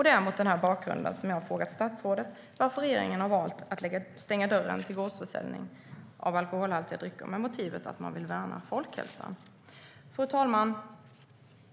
Det är mot den här bakgrunden som jag har frågat statsrådet varför regeringen har valt att stänga dörren till gårdsförsäljning av alkoholhaltiga drycker med motivet att man vill värna folkhälsan. Fru talman!